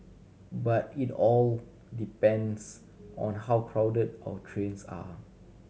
but it all depends on how crowded our trains are